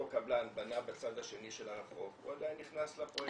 קבלן בנה בצד השני של הרחוב הוא עדיין נכנס לפרויקט.